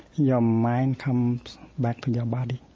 your mind comes back to your body.